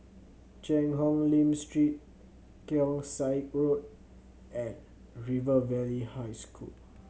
Cheang Hong Lim Street Keong Saik Road and River Valley High School